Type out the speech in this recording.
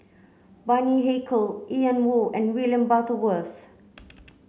Bani Haykal Ian Woo and William Butterworth